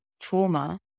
trauma